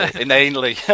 inanely